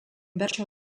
bertso